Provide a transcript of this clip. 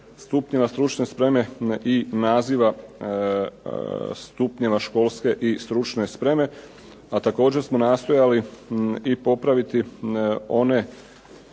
stupnjeva stručne spreme i naziva stupnjeva školske i stručne spreme a također smo nastojali i popraviti one